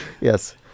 Yes